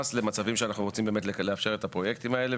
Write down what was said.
למצבים שאנחנו רוצים לאפשר את הפרויקטים האלה,